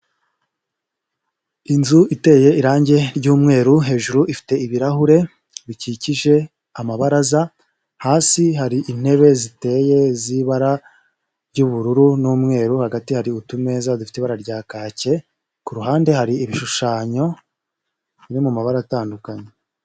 Inzu iteye irangi ry'umweru, hejuru ifite ibirahure bikikije amabaraza, hasi hari intebe ziteye z'ibara ry'ubururu n'umweru, hagati hari utumeza dufite ibara rya kake, ku ruhande hari ibishushanyo biri mu mabara atandukanye.